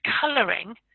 colouring